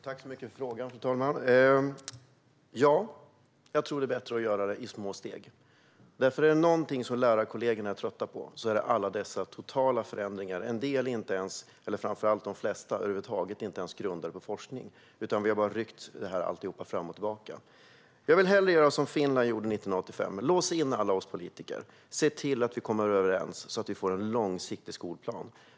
Fru talman! Ja, jag tror att det är bättre att göra det i små steg, för är det något som mina lärarkollegor är trötta på är det alla totalförändringar. De flesta grundar sig inte ens på forskning, utan vi har bara ryckt allt fram och tillbaka. Jag gör hellre som Finland gjorde 1985. Lås in alla oss politiker och se till att vi kommer överens så att vi får en långsiktig skolplan.